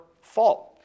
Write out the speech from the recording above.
fault